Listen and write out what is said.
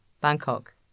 Bangkok